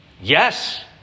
Yes